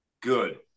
good